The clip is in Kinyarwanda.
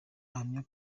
ahamya